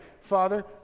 Father